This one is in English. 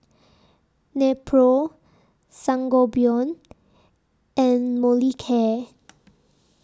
Nepro Sangobion and Molicare